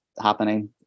happening